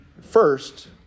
first